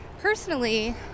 Personally